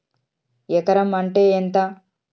ఎకరం అంటే ఎంత?